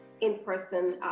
in-person